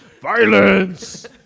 violence